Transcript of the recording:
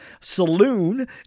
saloon